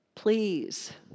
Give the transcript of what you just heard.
please